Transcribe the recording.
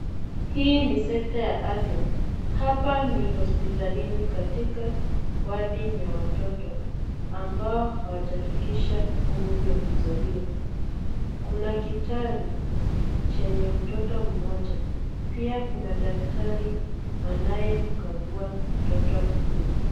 Hii ni sekta ya afya. Hapa ni hospitalini katika wadi ya mtoto ambao hawajafikisha umri wa kuzaliwa. Kuna kitaru chenye mtoto mmoja. Pia kuna daktari anayemkagua mtoto huyo.